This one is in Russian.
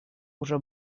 уже